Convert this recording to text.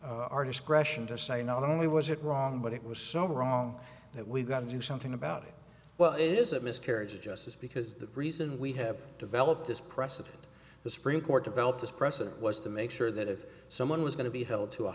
discretion to say not only was it wrong but it was so wrong that we've got to do something about it well it is a miscarriage of justice because the reason we have developed this precedent the supreme court developed this precedent was to make sure that if someone was going to be held to a